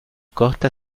costa